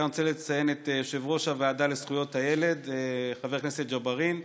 כאן אני רוצה לציין את יושב-ראש הוועדה לזכויות הילד חבר הכנסת ג'בארין,